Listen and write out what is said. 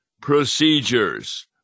procedures